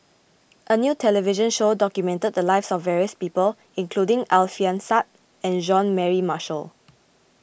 a new television show documented the lives of various people including Alfian Sa'At and Jean Mary Marshall